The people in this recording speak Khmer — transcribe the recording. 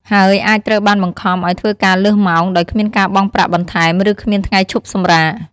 ហើយអាចត្រូវបានបង្ខំឱ្យធ្វើការលើសម៉ោង ដោយគ្មានការបង់ប្រាក់បន្ថែម ឬគ្មានថ្ងៃឈប់សម្រាក។